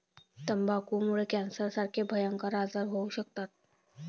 तंबाखूमुळे कॅन्सरसारखे भयंकर आजार होऊ शकतात